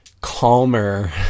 calmer